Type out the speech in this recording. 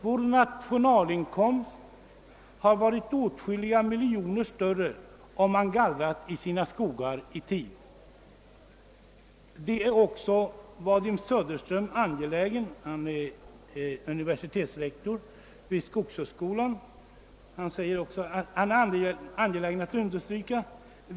Vår nationalinkomst hade varit åtskilliga miljoner större om man gallrat sina skogar i tid. Det är också Vadim Söderström> — han är universitetslektor vid Skogshögskolan — >»angelägen att understryka.